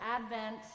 Advent